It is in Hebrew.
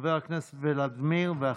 חבר הכנסת ולדימיר בליאק.